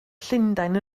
llundain